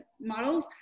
models